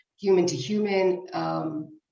human-to-human